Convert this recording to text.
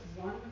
one